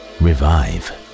revive